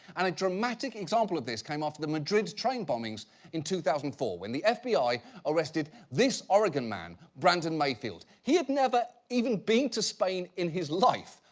and a dramatic example of this came after the madrid's train bombings in two thousand and four when the fbi arrested this oregon man, brandon mayfield. he had never even been to spain in his life.